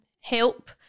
help